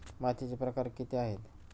मातीचे प्रकार किती आहेत?